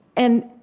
and